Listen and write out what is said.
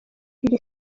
iri